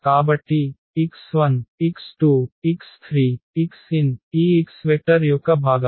కాబట్టి x1 x2 x3 xn ఈ x vector యొక్క భాగాలు